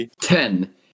Ten